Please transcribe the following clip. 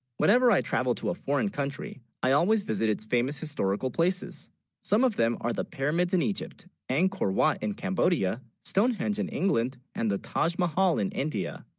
whatever i travel to a foreign country i always visit its famous historical places some of them are the pyramids in egypt angkor, wat in cambodia? stonehenge in england and the taj mahal in india